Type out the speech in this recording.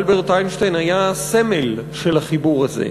אלברט איינשטיין היה סמל של החיבור הזה: